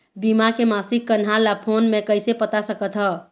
बीमा के मासिक कन्हार ला फ़ोन मे कइसे पता सकत ह?